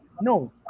No